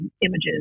images